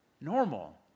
Normal